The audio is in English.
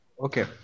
Okay